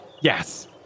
Yes